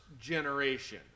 generation